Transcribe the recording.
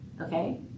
Okay